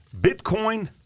Bitcoin